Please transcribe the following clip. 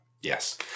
yes